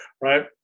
right